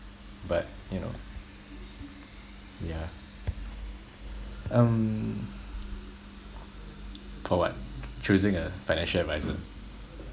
but you know yeah um call what choosing a financial advisor